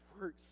works